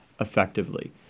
effectively